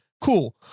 cool